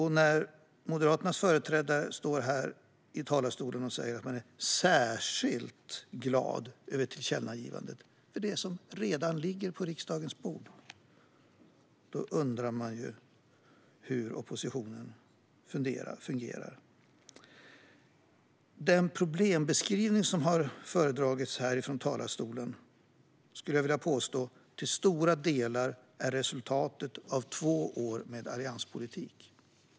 När Moderaternas företrädare står här i talarstolen och säger att man är särskilt glad över tillkännagivandet när det gäller det som redan ligger på riksdagens bord, undrar man hur oppositionen funderar. Den problembeskrivning som har föredragits här från talarstolen är till stora delar, skulle jag vilja påstå, resultatet av två år med allianspolitik.